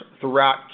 throughout